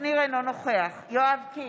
אינו נוכח יואב קיש,